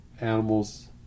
animals